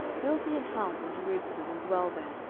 build thee an house in jerusalem, and dwell there,